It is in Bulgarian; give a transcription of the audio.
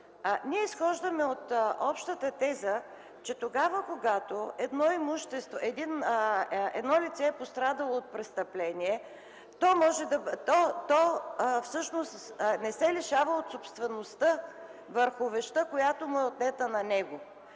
изхождаме от общата теза, че когато едно лице е пострадало от престъпление, то всъщност не се лишава от собствеността върху вещта, която му е отнета.